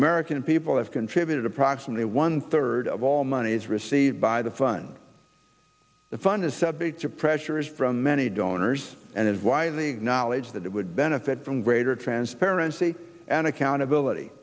american people have contributed approximately one third of all monies received by the fund the fund is subject to pressures from many donors and is why the knowledge that it would benefit from greater transparency and accountability